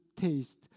taste